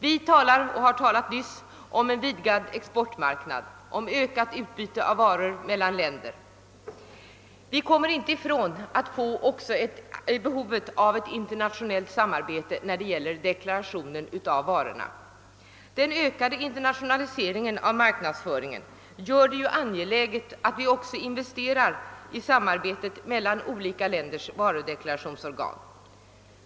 Vi har nyss talat om en vidgad exportmarknad, om ökat utbyte av varor mellan länderna. Vi kommer inte ifrån behovet av internationellt samarbete också när det gäller deklarationen av varorna. Den ökade internationaliseringen av marknadsföringen gör det angeläget att vi också investerar i samarbetet mellan olika länders varudeklarationsorgan.